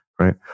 right